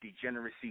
degeneracy